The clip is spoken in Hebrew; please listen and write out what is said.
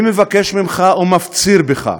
אני מבקש ממך ומפציר בך,